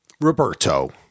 Roberto